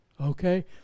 Okay